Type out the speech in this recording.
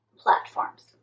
platforms